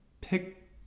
pick